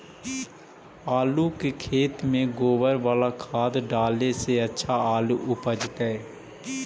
आलु के खेत में गोबर बाला खाद डाले से अच्छा आलु उपजतै?